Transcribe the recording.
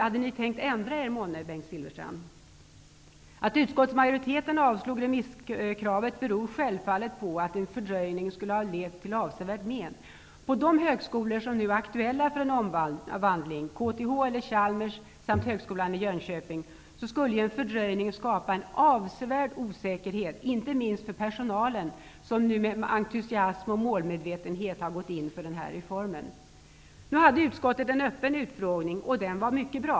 Hade ni tänkt ändra er, Bengt Att utskottsmajoriteten avslog remisskravet beror självfallet på att en fördröjning skulle ha lett till avsevärt men. På de högskolor som är aktuella för en omvandling -- KTH eller Chalmers samt Högskolan i Jönköping -- skulle en fördröjning skapa en avsevärd osäkerhet, inte minst för personalen som med entusiasm och målmedvetenhet gått in för reformen. Utskottet hade en öppen utfrågning, och den var mycket bra.